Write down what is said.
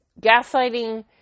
gaslighting